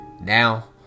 now